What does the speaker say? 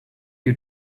you